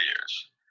years